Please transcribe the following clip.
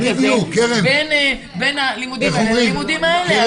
ואני אומר לך עוד פעם: אם רוצים ללכת בעקשנות בעניין הזה אפשר.